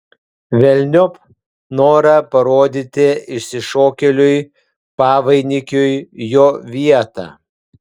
velniop norą parodyti išsišokėliui pavainikiui jo vietą